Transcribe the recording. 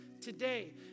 today